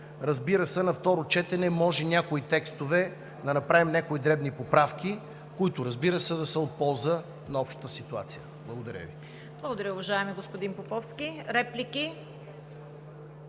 Разбира се, на второ четене може в някои текстове да направим някои дребни поправки, които, разбира се, да са от полза на общата ситуация. Благодаря Ви. ПРЕДСЕДАТЕЛ ЦВЕТА КАРАЯНЧЕВА: Благодаря, уважаеми господин Поповски. Реплики?